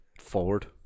forward